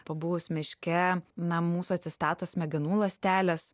pabuvus miške na mūsų atsistato smegenų ląstelės